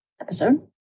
episode